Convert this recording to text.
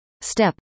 Step